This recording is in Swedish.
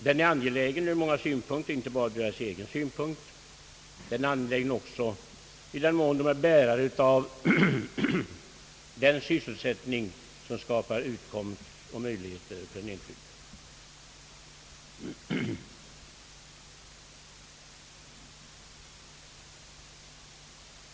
Den är angelägen ur många synpunkter, inte bara deras egen synpunkt. Den är angelägen också i den mån företagen är bärare av den sysselsättning som skapar utkomst och möjligheter för den enskilde.